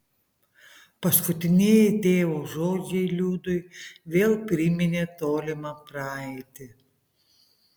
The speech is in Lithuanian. paskutinieji tėvo žodžiai liudui vėl priminė tolimą praeitį